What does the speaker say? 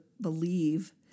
believe